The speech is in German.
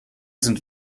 sind